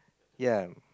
ya